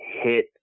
hit